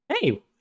hey